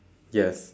yes